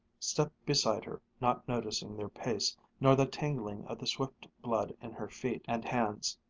stepped beside her, not noticing their pace, nor the tingling of the swift blood in her feet and hands.